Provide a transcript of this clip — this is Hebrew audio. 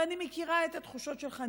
ואני מכירה את התחושות שלך,